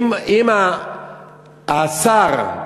אם השר,